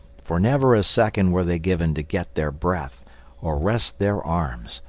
for never a second were they given to get their breath or rest their arms.